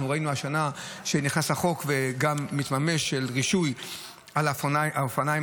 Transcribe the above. ראינו השנה שנכנס חוק הרישוי על האופניים